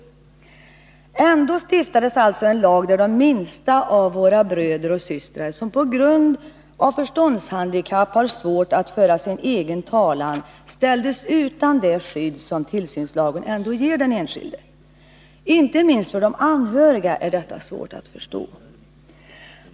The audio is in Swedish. Ändå stiftades alltså en lag där de minsta av våra bröder och systrar, som på grund av förståndshandikapp har svårt att föra sin egen talan, ställdes utan det skydd som tillsynslagen ändå ger den enskilde. Inte minst för de anhöriga är detta svårt att förstå.